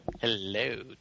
Hello